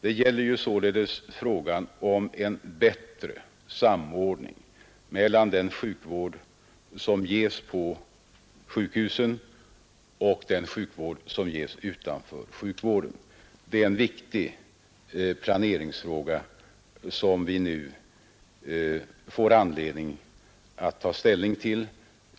Det gäller säledes en bättre samordning mellan den sjukvård som ges på sjukhusen och den sjukvård som meddelas utanför dessa. Det är en viktig plancringsfråga som vi nu får anledning att ta ställning till.